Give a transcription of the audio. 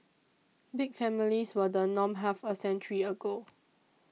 big families were the norm half a century ago